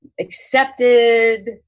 accepted